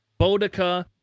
Bodica